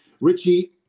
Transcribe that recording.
Richie